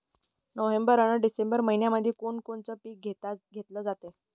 November अन December मइन्यामंधी कोण कोनचं पीक घेतलं जाते?